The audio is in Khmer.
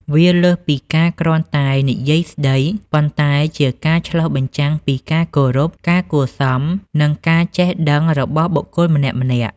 វាលើសពីការគ្រាន់តែនិយាយស្តី ប៉ុន្តែជាការឆ្លុះបញ្ចាំងពីការគោរព ការគួរសម និងការចេះដឹងរបស់បុគ្គលម្នាក់ៗ។